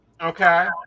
Okay